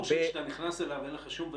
זה מסלול שכשאתה נכנס אליו, אין לך שום ודאות.